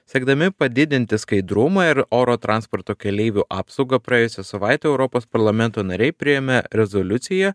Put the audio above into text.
siekdami padidinti skaidrumą ir oro transporto keleivių apsaugą praėjusią savaitę europos parlamento nariai priėmė rezoliuciją